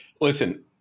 Listen